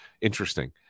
interesting